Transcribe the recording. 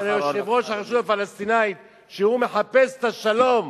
יושב-ראש הרשות הפלסטינית משפט אחרון בבקשה,